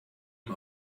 ihm